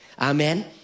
Amen